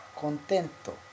contento